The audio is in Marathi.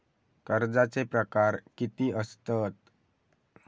कर्जाचे प्रकार कीती असतत?